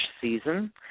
season